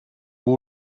will